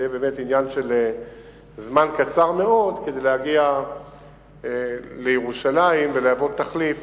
זה יהיה באמת עניין של זמן קצר מאוד להגיע לירושלים ויהיה תחליף